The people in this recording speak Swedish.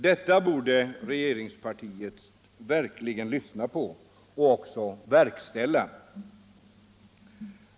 Detta borde regeringspartiet verkligen lyssna på — och också verkställa.